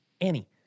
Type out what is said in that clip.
Annie